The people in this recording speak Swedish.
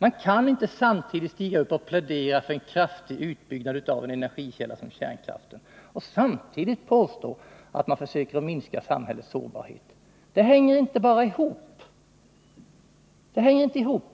Man kan inte plädera för en kraftig utbyggnad av en energikälla som kärnkraften och samtidigt påstå att man försöker minska samhällets sårbarhet. Det hänger inte ihop